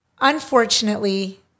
Unfortunately